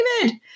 David